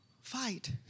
fight